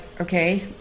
okay